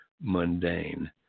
mundane